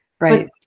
right